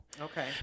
Okay